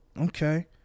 Okay